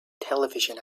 television